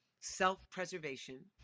self-preservation